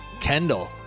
kendall